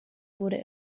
wurde